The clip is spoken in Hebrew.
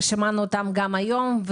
שמענו אותם גם היום,